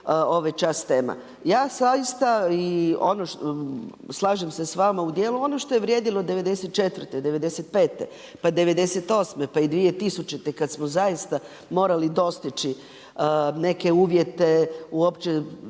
ovaj čas tema. Ja zaista i slažem se s vama u dijelu, ono što je vrijedilo '94., '95., pa '98. pa i 2000. kad smo zaista morali dostići neke uvjete uopće